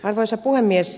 arvoisa puhemies